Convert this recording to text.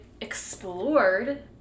explored